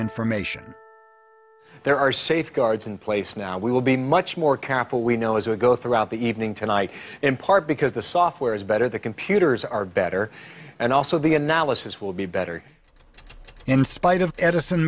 information there are safeguards in place now we will be much more careful we know as we go throughout the evening tonight in part because the software is better the computers are better and also the analysis will be better in spite of edison